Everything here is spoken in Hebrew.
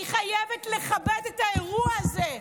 אני חייבת לכבד את האירוע הזה.